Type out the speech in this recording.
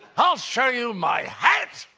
i'll show you my hat!